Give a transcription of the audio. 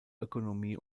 ökonomie